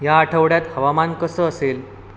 या आठवड्यात हवामान कसं असेल